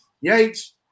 Yates